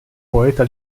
poeta